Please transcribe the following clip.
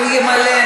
הוא ימלא,